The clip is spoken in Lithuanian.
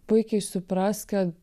puikiai supras kad